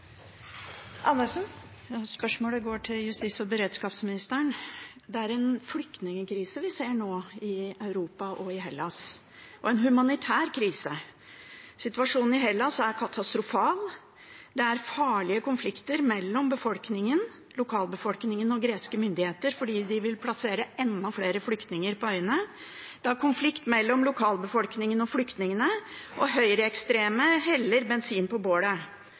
Det er en flyktningkrise vi ser nå i Europa og i Hellas – og en humanitær krise. Situasjonen i Hellas er katastrofal. Det er farlige konflikter mellom lokalbefolkningen og greske myndigheter fordi de vil plassere enda flere flyktninger på øyene. Det er konflikt mellom lokalbefolkningen og flyktningene, og høyreekstreme heller bensin på bålet.